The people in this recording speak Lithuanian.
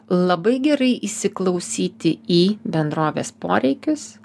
labai gerai įsiklausyti į bendrovės poreikius